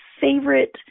favorite